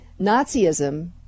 Nazism